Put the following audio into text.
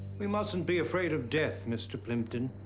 we mustn't be afraid of death, mr. plimpton.